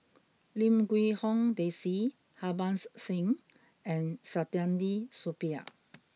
Lim Quee Hong Daisy Harbans Singh and Saktiandi Supaat